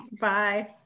Bye